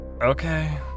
Okay